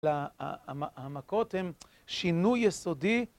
ל..המכות הם שינוי יסודי